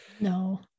No